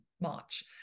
March